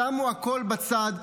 שמו הכול בצד,